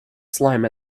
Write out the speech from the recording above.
slime